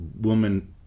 woman